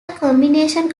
combination